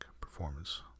performance